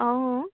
অঁ